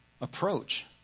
approach